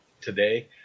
today